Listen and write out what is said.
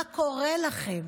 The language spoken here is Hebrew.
מה קורה לכם?